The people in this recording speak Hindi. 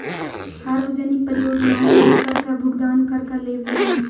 सार्वजनिक परियोजनाओं में कर का भुगतान कर का लेबलिंग है